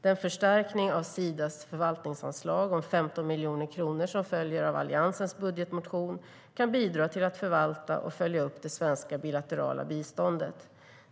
Den förstärkning av Sidas förvaltningsanslag om 15 miljoner kronor som följer av Alliansens budgetmotion kan bidra till att förvalta och följa upp det svenska bilaterala biståndet.